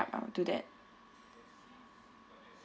I'll do that